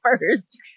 first